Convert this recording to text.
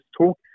talk